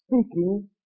speaking